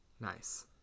Nice